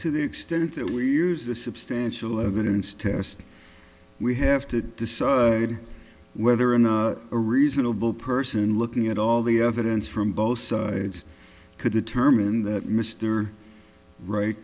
to the extent that we use the substantial evidence test we have to decide whether or not a reasonable person looking at all the evidence from both sides could determine that mr wright